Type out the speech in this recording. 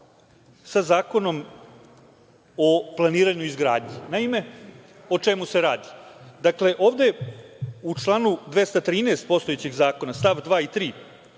sa Zakonom o planiranju i izgradnji. Naime, o čemu se radi. Ovde u članu 213, postojećeg zakona, stav 2. i 3,